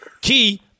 Key